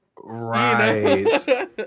Right